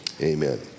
Amen